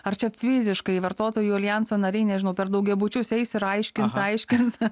ar čia fiziškai vartotojų aljanso nariai nežinau per daugiabučius eis ir aiškins aiškins